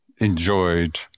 enjoyed